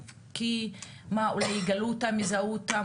אני אגיש שלעניין הרישום, כן זה בעייתי.